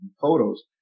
photos